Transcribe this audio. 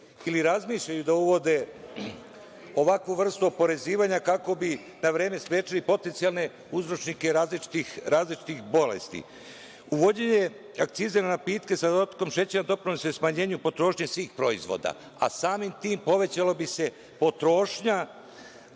ili razmišljaju da uvode ovakvu vrstu oporezivanja kako bi na vreme sprečili potencijalne uzročnike različitih bolesti. Uvođenje akcize na napitke sa dodatkom šećera doprinosi smanjenju potrošnje svih proizvoda, a samim tim povećala bi se potrošnja